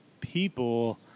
people